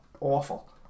awful